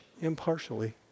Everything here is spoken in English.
impartially